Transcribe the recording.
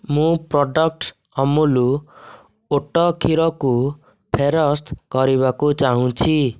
ମୁଁ product Amul oat କ୍ଷୀରକୁ ଫେରସ୍ତ କରିବାକୁ ଚାହୁଁଛି